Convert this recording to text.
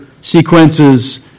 sequences